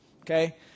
okay